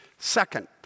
Second